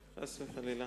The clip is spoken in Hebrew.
חס וחלילה.